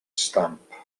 stamp